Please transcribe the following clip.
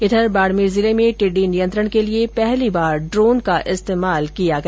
इधर बाड़मेर जिले में टिडडी नियंत्रण के लिए पहली बार ड्रोन का इस्तेमाल किया गया